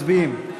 מצביעים.